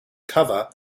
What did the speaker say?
cover